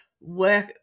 work